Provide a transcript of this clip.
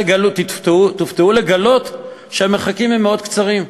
תופתעו לגלות שהמרחקים הם מאוד קצרים,